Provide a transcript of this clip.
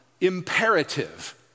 imperative